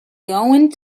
going